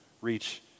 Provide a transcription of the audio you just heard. reach